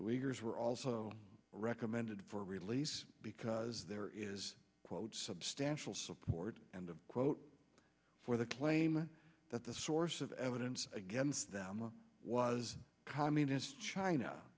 leaders were also recommended for release because there is quote substantial support and a quote for the claim that the source of evidence against them was communist china